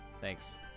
Thanks